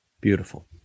Beautiful